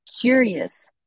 curious